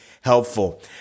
helpful